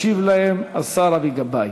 ישיב להן השר אבי גבאי.